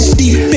deep